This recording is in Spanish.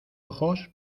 ojos